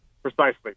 Precisely